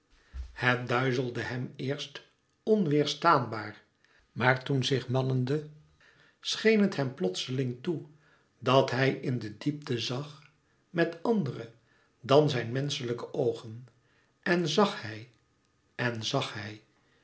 het duizelde hem eerst onweêrstaanbaar maar toen zich mannende scheen het hem plotseling toe dat hij in de diepte zag met àndere dan zijn menschelijke oogen en zag hij en zag hij